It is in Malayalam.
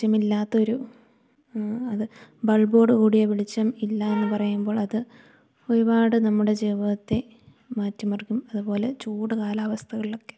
വെളിച്ചമില്ലാത്തൊരു അത് ബൾബോഡ് കൂടിയ വിെളിച്ചം ഇല്ലാന്ന് പറയുമ്പോൾ അത് ഒരുപാട് നമ്മുടെ ജീവിതത്തെ മാറ്റിമറിക്കും അതുപോലെ ചൂട് കാലാവസ്ഥകളിലൊക്കെ